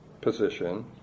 position